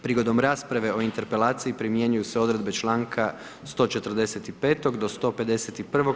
Prigodom rasprave o Interpelaciji primjenjuju se odredbe članka 145. do 151.